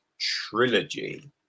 trilogy